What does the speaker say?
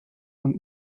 und